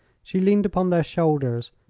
she leaned upon their shoulders,